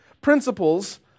principles